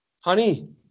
Honey